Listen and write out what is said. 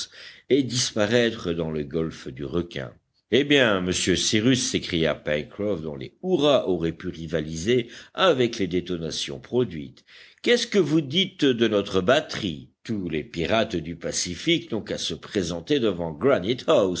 et disparaître dans le golfe du requin eh bien monsieur cyrus s'écria pencroff dont les hurrahs auraient pu rivaliser avec les détonations produites qu'est-ce que vous dites de notre batterie tous les pirates du pacifique n'ont qu'à se présenter devant